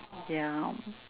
ya